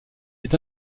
est